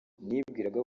nibwiraga